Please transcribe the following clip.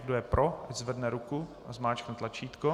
Kdo je pro, zvedne ruku a zmáčkne tlačítko.